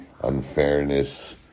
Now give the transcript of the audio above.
unfairness